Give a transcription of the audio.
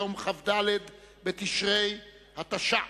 חוק ומשפט נתקבלה.